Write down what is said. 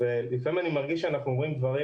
ולפעמים אני מרגיש שאנחנו אומרים דברים